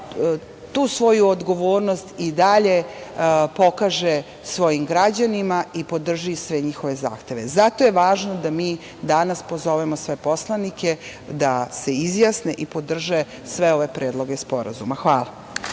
tu svoju odgovornost i dalje pokaže svojim građanima i podrži sve njihove zahteve. Zato je važno da mi danas pozovemo sve poslanike da se izjasne i podrže sve ove predloge sporazuma. Hvala.